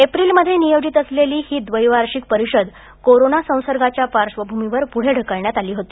एप्रिलमध्ये नियोजित असलेली ही द्वैवार्षिक परिषद कोरोना संसर्गाच्या पार्श्वभूमीवर पुढे ढकलण्यात आली होती